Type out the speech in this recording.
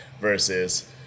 versus